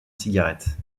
cigarette